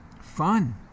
fun